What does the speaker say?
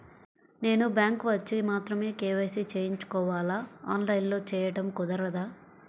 నేను బ్యాంక్ వచ్చి మాత్రమే కే.వై.సి చేయించుకోవాలా? ఆన్లైన్లో చేయటం కుదరదా?